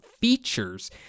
features